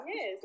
Yes